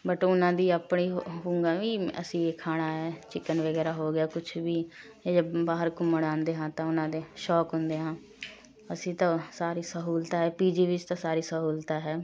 but ਉਹਨਾਂ ਦੀ ਆਪਣੀ ਹੁੰਦਾ ਹੈ ਵੀ ਅਸੀਂ ਇਹ ਖਾਣਾ ਹੈ ਚਿਕਨ ਵਗੈਰਾ ਹੋ ਗਿਆ ਕੁਝ ਵੀ ਇਹ ਜਦ ਬਾਹਰ ਘੁੰਮਣ ਆਉਂਦੇ ਹਨ ਤਾਂ ਉਹਨਾਂ ਦੇ ਸ਼ੌਂਕ ਹੁੰਦੇ ਹਾਂ ਅਸੀਂ ਤਾਂ ਸਾਰੀ ਸਹੂਲਤਾਂ ਹੈ ਪੀ ਜੀ ਵਿੱਚ ਤਾਂ ਸਾਰੀ ਸਹੂਲਤਾਂ ਹੈ